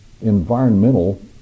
environmental